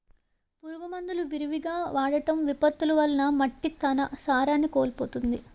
పురుగు మందులు విరివిగా వాడటం, విపత్తులు వలన మట్టి తన సారాన్ని కోల్పోతుంది